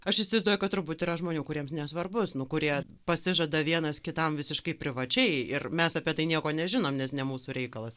aš įsivaizduoju kad turbūt yra žmonių kuriems nesvarbus nu kurie pasižada vienas kitam visiškai privačiai ir mes apie tai nieko nežinom nes ne mūsų reikalas